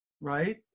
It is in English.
right